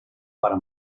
para